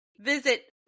visit